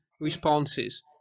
responses